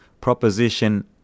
Proposition